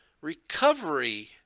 recovery